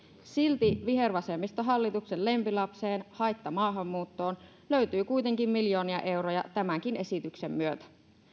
silti vihervasemmistohallituksen lempilapseen haittamaahanmuuttoon löytyy kuitenkin miljoonia euroja tämänkin esityksen myötä